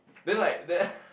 then like that